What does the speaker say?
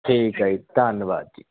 ਠੀਕ ਹੈ ਜੀ ਧੰਨਵਾਦ ਜੀ